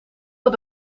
dat